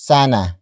Sana